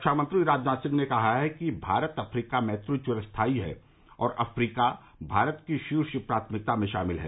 रक्षामंत्री राजनाथ सिंह ने कहा है कि भारत अफ्रीका मैत्री चिरस्थायी है और अफ्रीका भारत की शीर्ष प्राथमिकता में शामिल है